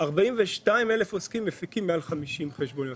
42 אלף עוסקים מפיקים מעל 50 חשבוניות.